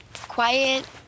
Quiet